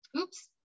Oops